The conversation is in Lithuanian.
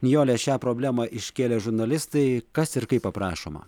nijole šią problemą iškėlė žurnalistai kas ir kaip aprašoma